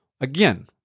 again